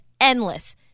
Endless